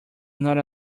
not